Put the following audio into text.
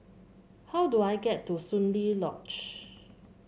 how do I get to Soon Lee Lodge